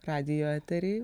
radijo eterį